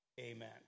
amen